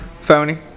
Phony